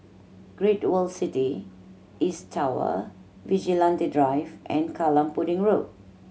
Great World City East Tower Vigilante Drive and Kallang Pudding Road